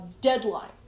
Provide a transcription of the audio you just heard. deadline